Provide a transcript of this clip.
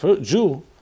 Jew